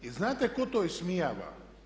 I znate tko to ismijava?